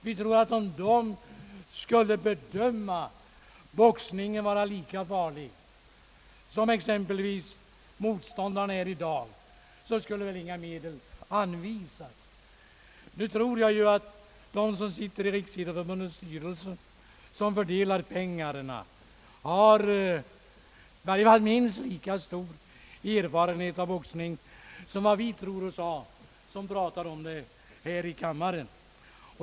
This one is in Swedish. Vi tror att om Riksidrottsförbundet skulle bedöma boxningen såsom varande lika farlig som exempelvis moståndarna till boxningen anser i dag, skulle man inte anvisa några medel. Nu tror jag att de som sitter i Riksidrottsförbundets styrelse och som skall fördela pengarna i varje fall har minst lika stor erfarenhet av boxningen som vi tror oss ha, som pratar om den här i kammaren.